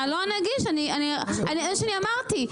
אלון הגיש זה מה שאני אמרתי,